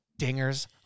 dingers